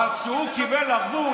אבל כשהוא קיבל ערבות,